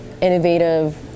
innovative